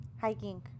hiking